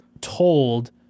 told